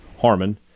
Harmon